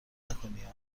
نکنیا